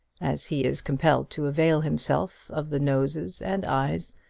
as he is compelled to avail himself of the noses and eyes,